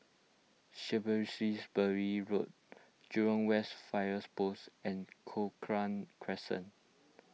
Road Jurong West Fire Post and Cochrane Crescent